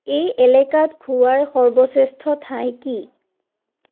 এই এলেকাত খোৱাৰ সৰ্বশ্ৰেষ্ঠ ঠাই কি